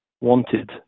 wanted